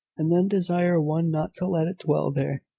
and then desire one not to let it dwell there!